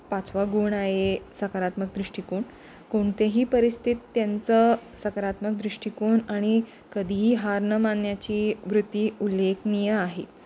मग पाचवा गुण आहे सकारात्मक दृष्टिकोन कोणतेही परिस्थिती त्यांचं सकारात्मक दृष्टिकोन आणि कधीही हार न मानण्याची वृत्ती उल्लेखनीय आहेच